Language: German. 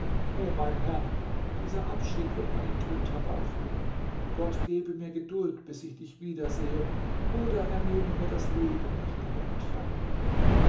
o mein herr dieser abschied wird meinen tod herbeiführen gott gebe mir geduld bis ich dich wiedersehe oder er nehme mir das leben nach deiner entfernung